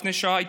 לפני שעה,